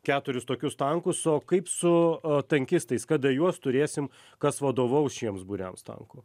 keturis tokius tankus o kaip su tankistais kada juos turėsim kas vadovaus šiems būriams tankų